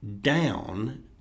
down